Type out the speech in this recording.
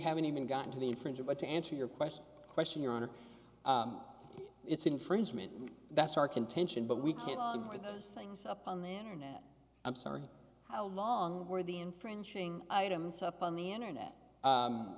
haven't even gotten to the infringer but to answer your question question your honor it's infringement that's our contention but we can't ignore those things up on the internet i'm sorry how long were the infringing items up on the internet